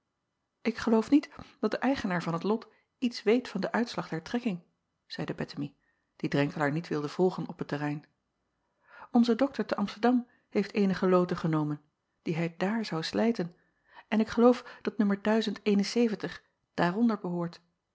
k geloof niet dat de eigenaar van t lot iets weet van den uitslag der trekking zeide ettemie die renkelaer niet wilde volgen op het terrein onze dokter te o msterdam heeft eenige loten genomen die hij dààr zou slijten en ik geloof dat n daaronder behoort